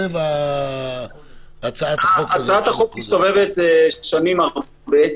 הצעת החוק מסתובבת שנים הרבה.